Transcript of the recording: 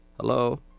Hello